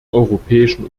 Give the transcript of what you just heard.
europäischen